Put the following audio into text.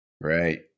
Right